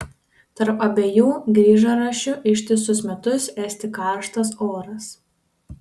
tarp abiejų grįžračių ištisus metus esti karštas oras